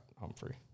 Humphrey